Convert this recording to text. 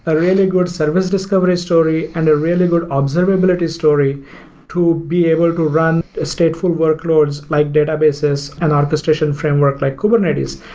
ah really good service discovery story and a really good observability story to be able to run ah stateful workloads, like database and orchestration framework like kubernetes,